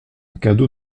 cadeau